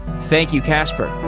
thank you, casper.